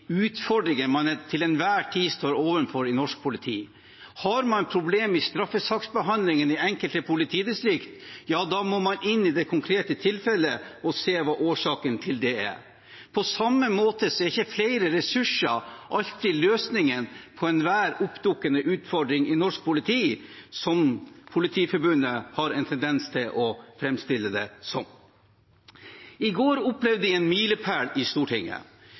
man til enhver tid står overfor i norsk politi. Har man problemer i straffesaksbehandlingen i enkelte politidistrikt, må man inn i det konkrete tilfellet og se hva årsaken til det er. På samme måte er ikke flere ressurser alltid løsningen på enhver oppdukkende utfordring i norsk politi, som Politiets Fellesforbund har en tendens til å framstille det som. I går opplevde vi en milepæl i Stortinget.